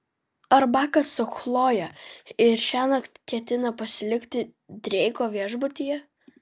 ar bakas su chloje ir šiąnakt ketina pasilikti dreiko viešbutyje